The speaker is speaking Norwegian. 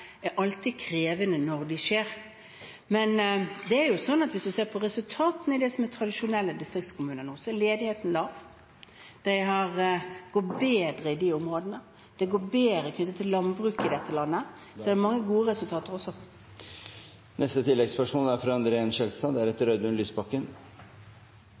alltid er krevende når de skjer, men hvis man ser på resultatene i det som er tradisjonelle distriktskommuner, er ledigheten lav, det går bedre i de områdene, og det går bedre for landbruket i dette landet, så det er mange gode resultater også.